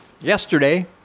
yesterday